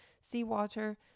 seawater